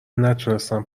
نتونستم